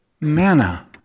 manna